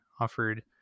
offered